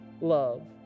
love